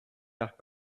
that